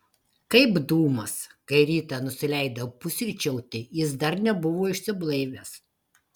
kaip dūmas kai rytą nusileidau pusryčiauti jis dar nebuvo išsiblaivęs